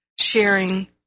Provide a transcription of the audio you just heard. sharing